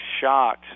shocked